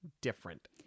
different